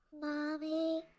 Mommy